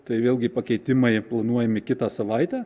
tai vėlgi pakeitimai planuojami kitą savaitę